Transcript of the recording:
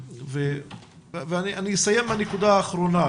אני אסיים בנקודה האחרונה,